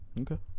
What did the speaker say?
okay